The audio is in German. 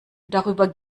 darüber